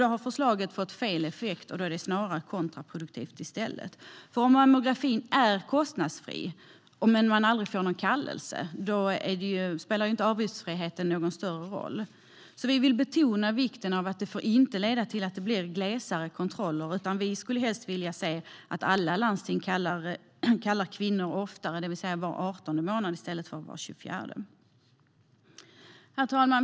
Då har förslaget fått fel effekt och snarare blivit kontraproduktivt. Om mammografin är kostnadsfri men man aldrig får någon kallelse spelar ju inte avgiftsfriheten någon större roll. Vi vill därför betona vikten av att det inte får leda till glesare kontroller, utan vi skulle helst se att alla landsting kallar kvinnor oftare, det vill säga var 18:e i stället för var 24:e månad. Herr talman!